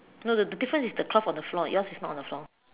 no the difference is the cloth on the floor yours is not on the floor